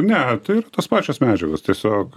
ne tai ir tos pačios medžiagos tiesiog